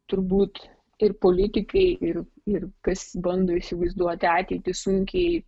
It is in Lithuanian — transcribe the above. turbūt ir politikai ir ir kas bando įsivaizduoti ateitį sunkiai